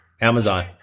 Amazon